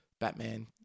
Batman